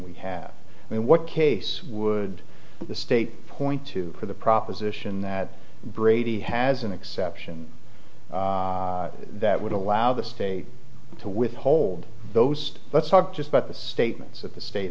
we have and what case would the state point to for the proposition that brady has an exception that would allow the state to withhold those let's talk just what the statements of the state